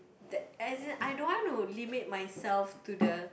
that as in I don't want to limit myself to the